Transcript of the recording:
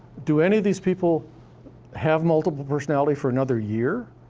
do any of these people have multiple personality for another year?